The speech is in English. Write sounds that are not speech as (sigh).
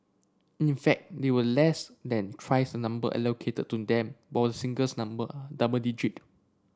in fact they were less than twice the number allotted to them both singles number double (unintelligible)